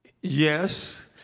yes